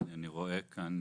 הנה אני רואה כאן